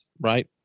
Right